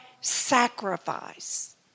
sacrifice